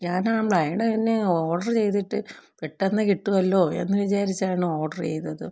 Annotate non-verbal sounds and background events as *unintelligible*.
ഞാനാ *unintelligible* ഓഡറ് ചെയ്തിട്ട് പെട്ടന്ന് കിട്ടുവല്ലോ എന്ന് വിചാരിച്ചാണ് ഓർഡർ ചെയ്തത്